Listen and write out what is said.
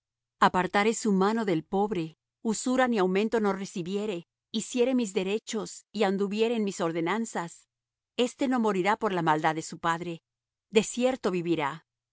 desnudo apartare su mano del pobre usura ni aumento no recibiere hiciere mis derechos y anduviere en mis ordenanzas éste no morirá por la maldad de su padre de cierto vivirá